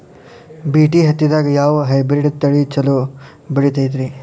BT ಹತ್ತಿದಾಗ ಯಾವ hybrid ತಳಿ ಛಲೋ ಬೆಳಿತೈತಿ?